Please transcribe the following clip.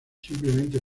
simplemente